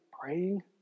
praying